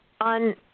on